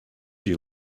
you